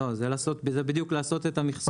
לא, זה בדיוק לעשות את המכסות.